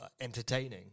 entertaining